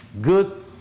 good